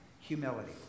humility